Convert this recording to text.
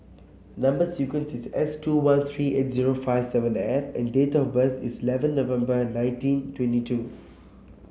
number sequence is S two one three eight zero five seven F and date of birth is eleven November nineteen twenty two